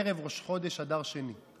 ערב ראש חודש אדר שני,